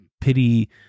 pity